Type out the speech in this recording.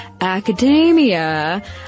academia